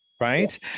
right